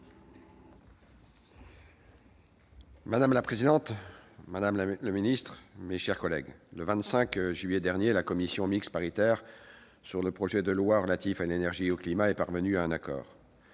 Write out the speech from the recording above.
Madame la présidente, madame la ministre, mes chers collègues, en juillet dernier, la commission mixte paritaire sur le projet de loi relatif à l'énergie et au climat a été conclusive.